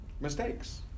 mistakes